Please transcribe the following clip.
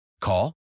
Call